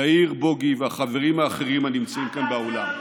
יאיר, בוגי והחברים האחרים הנמצאים כאן באולם.